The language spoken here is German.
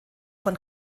von